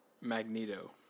Magneto